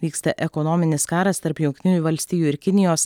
vyksta ekonominis karas tarp jungtinių valstijų ir kinijos